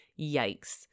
Yikes